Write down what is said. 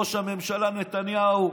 ראש הממשלה נתניהו,